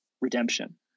redemption